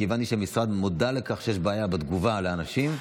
כי הבנתי שהמשרד מודע לכך שיש בעיה בתגובה לאנשים.